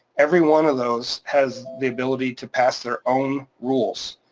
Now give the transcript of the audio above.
every one of those has the ability to pass their own rules.